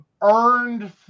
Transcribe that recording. earned